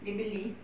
dia beli